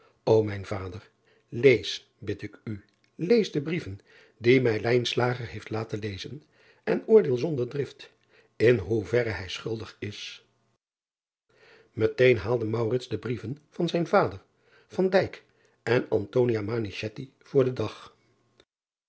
o mijn vader lees bid ik u lees de brieven die mij heeft laten lezen en oordeel zonder drift in hoeverre hij schuldig is eteen haalde de brieven van zijn vader en voor den dag